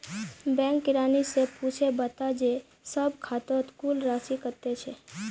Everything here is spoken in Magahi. बैंक किरानी स पूछे बता जे सब खातौत कुल राशि कत्ते छ